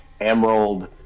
emerald